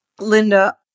Linda